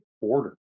order